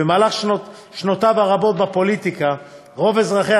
ובשנותיו הרבות בפוליטיקה רוב אזרחי